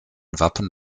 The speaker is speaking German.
wappen